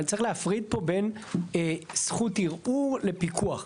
צריך להפריד פה בין זכות ערעור לפיקוח.